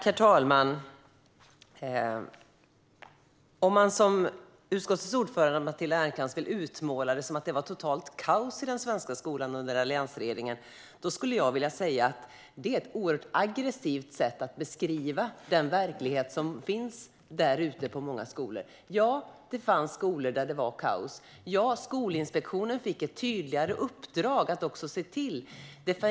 Herr talman! Om man som utskottets ordförande Matilda Ernkrans vill utmåla det som att det var totalt kaos i den svenska skolan under alliansregeringen skulle jag vilja säga att det är ett oerhört aggressivt sätt att beskriva den verklighet som finns på många skolor. Ja, det fanns skolor där det var kaos. Ja, Skolinspektionen fick ett tydligare uppdrag.